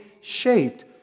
shaped